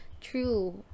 true